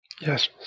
Yes